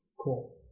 Cool